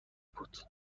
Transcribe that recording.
بود